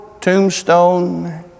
tombstone